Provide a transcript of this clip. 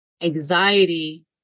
Anxiety